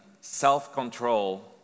self-control